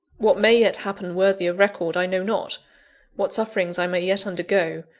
what may yet happen worthy of record, i know not what sufferings i may yet undergo,